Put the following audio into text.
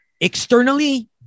externally